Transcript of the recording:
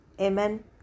Amen